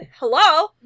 Hello